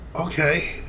Okay